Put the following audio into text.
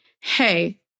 hey